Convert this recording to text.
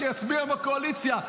שיצביע עם הקואליציה.